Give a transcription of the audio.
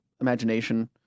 imagination